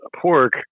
pork